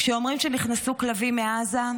כשאומרים שנכנסו כלבים מעזה,